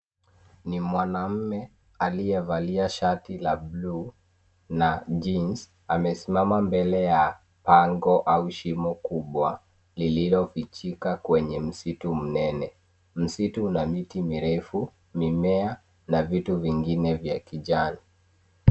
Ni mwanaume aliyevalia shati la buluu na jeans amesimama mbele ya pango au shimo kubwa lililofichika kwenye msitu mnene msitu una miti mirefu mimea na vitu vingine vya kijani